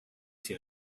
see